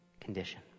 condition